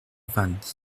vingt